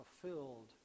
fulfilled